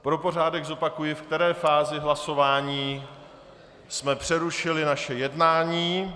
Pro pořádek zopakuji, ve které fázi hlasování jsme přerušili naše jednání.